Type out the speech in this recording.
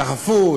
דחפו,